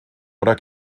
oder